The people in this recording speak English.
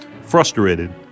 frustrated